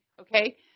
Okay